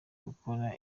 gukora